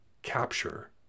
capture